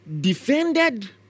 defended